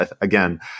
again